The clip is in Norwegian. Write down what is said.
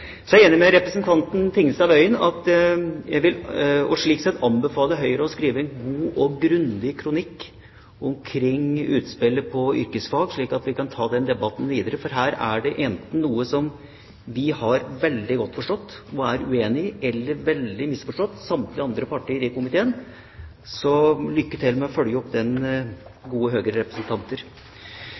Så er jeg enig med representanten Tingelstad Wøien, og kan slik sett anbefale Høyre å skrive en god og grundig kronikk omkring utspillet når det gjelder yrkesfag, slik at vi kan ta denne debatten videre. For her er det enten noe som vi har forstått veldig godt, og er uenig i, eller noe som samtlige andre partier i komiteen har misforstått veldig. Så lykke til med å følge opp den, gode